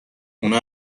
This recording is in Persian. اونا